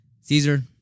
Caesar